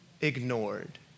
ignored